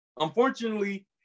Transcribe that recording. Unfortunately